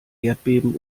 erdbeben